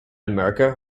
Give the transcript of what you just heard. america